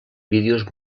vídeos